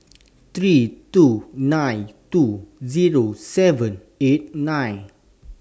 three two nine two Zero seven eight nine